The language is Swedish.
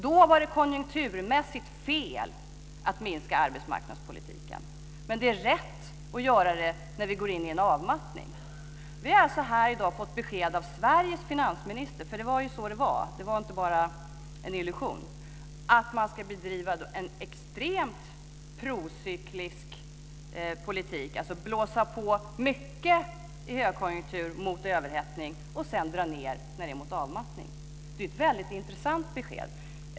Då var det konjunkturmässigt fel att minska när det gällde arbetsmarknadspolitiken, men det är rätt att göra det när vi går in i en avmattning. Vi har alltså här i dag fått besked av Sveriges finansminister - det var ju så det var; det var inte bara en illusion - om att man ska bedriva en extremt procyklisk politik. Man ska alltså blåsa på mycket i högkonjunktur när det går mot överhettning och sedan dra ned när det går mot avmattning. Det är ett väldigt intressant besked.